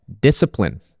discipline